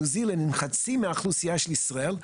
ניו זילנד עם חצי מהאוכלוסייה של ישראל,